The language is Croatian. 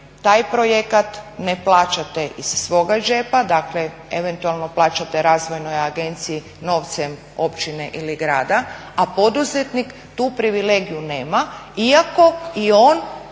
taj projekat ne plaćate iz svoga džepa, dakle eventualno plaćate Razvojnoj agenciji novcem općine ili grada, a poduzetnik tu privilegiju nema iako i on